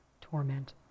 torment